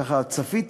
ככה, צפיתי